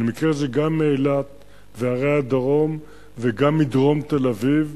אני מכיר את זה גם מאילת וערי הדרום וגם מדרום תל-אביב.